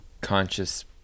conscious